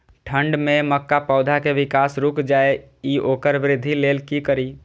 ठंढ में मक्का पौधा के विकास रूक जाय इ वोकर वृद्धि लेल कि करी?